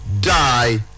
die